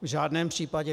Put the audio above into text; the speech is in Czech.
V žádném případě.